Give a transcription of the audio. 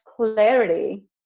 clarity